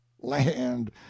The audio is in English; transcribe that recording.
Land